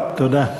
תודה.